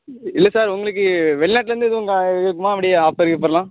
இல்லை சார் உங்களுக்கு வெளி நாட்லேருந்து எதுவும் கா இருக்குமா எப்படி ஆஃபர் கீஃபரெலாம்